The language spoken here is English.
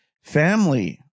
family